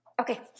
Okay